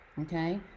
Okay